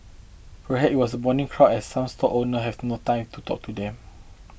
perhaps it was the morning crowd as some stall owner had no time to talk to them